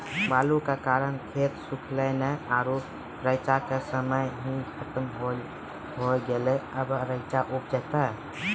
बालू के कारण खेत सुखले नेय आरु रेचा के समय ही खत्म होय गेलै, अबे रेचा उपजते?